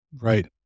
Right